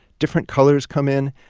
different colors come in.